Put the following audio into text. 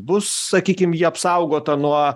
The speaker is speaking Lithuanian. bus sakykim ji apsaugota nuo